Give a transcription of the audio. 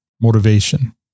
motivation